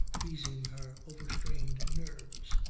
easing her overstrained nerves.